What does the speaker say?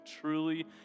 truly